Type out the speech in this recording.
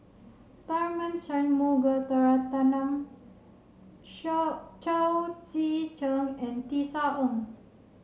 Tharman Shanmugaratnam Shao Chao Tzee Cheng and Tisa Ng